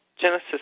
Genesis